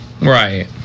Right